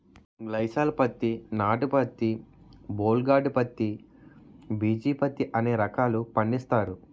గ్లైసాల్ పత్తి నాటు పత్తి బోల్ గార్డు పత్తి బిజీ పత్తి అనే రకాలు పండిస్తారు